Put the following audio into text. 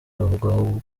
bavugwaho